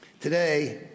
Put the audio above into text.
Today